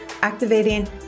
activating